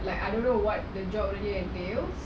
like I don't know what the job really entails